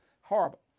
Horrible